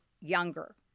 younger